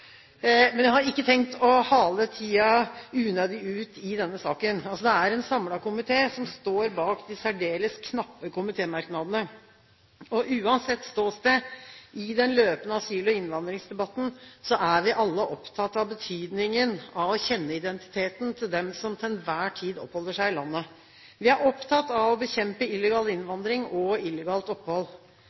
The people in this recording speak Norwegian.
Jeg har ikke tenkt å hale tiden unødig ut i denne saken. Det er en samlet komité som står bak de særdeles knappe komitémerknadene. Uansett ståsted i den løpende asyl- og innvandringsdebatten er vi alle opptatt av betydningen av å kjenne identiteten til dem som til enhver tid oppholder seg i landet. Vi er opptatt av å bekjempe illegal innvandring og illegalt opphold.